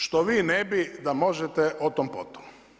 Što vi ne bi da možete o tom po tom.